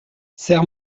serre